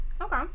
Okay